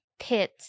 pit